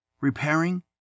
repairing